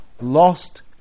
lost